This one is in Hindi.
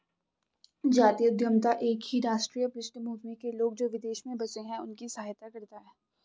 जातीय उद्यमिता एक ही राष्ट्रीय पृष्ठभूमि के लोग, जो विदेश में बसे हैं उनकी सहायता करता है